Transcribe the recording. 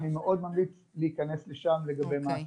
אני מאוד ממליץ לשם לגבי מה הזכויות.